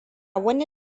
wani